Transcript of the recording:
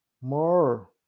more